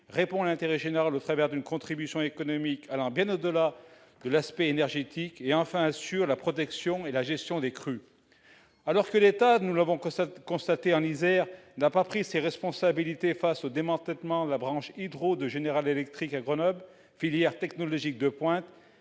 répond à l'intérêt général au travers d'une contribution économique allant bien au-delà de l'aspect énergétique et, enfin, assure la protection contre les crues et la gestion de celles-ci. Alors que l'État- nous l'avons constaté en Isère -n'a pas pris ses responsabilités face au démantèlement de la branche « Hydro » de General Electric à Grenoble, filière technologique de pointe,